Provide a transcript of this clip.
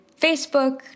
Facebook